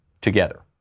together